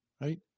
right